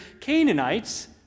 Canaanites